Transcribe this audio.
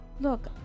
Look